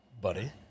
buddy